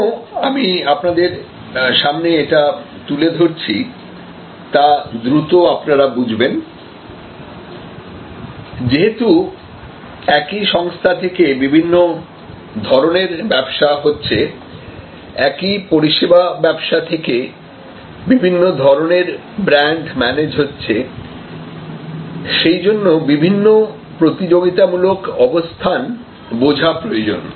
কেন আমি আপনাদের সামনে এটা তুলে ধরছি তা দ্রুত আপনারা বুঝবেনযেহেতু একই সংস্থা থেকে বিভিন্ন ধরনের ব্যবসা হচ্ছে একই পরিষেবা ব্যবসা থেকে বিভিন্ন ধরনের ব্র্যান্ড ম্যানেজ হচ্ছেসেই জন্য বিভিন্ন প্রতিযোগিতামূলক অবস্থান বোঝা প্রয়োজন